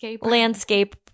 landscape